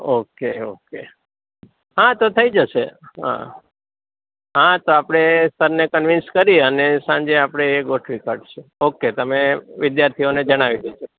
okay okay હા તો થઈ જશે હા હા તો આપણે સરને કનવીન્સ કરીએ અને સાંજે આપણે એ ગોઠવી કાઢીશું ઓકે તમે વિદ્યાર્થીઓને જણાવી દો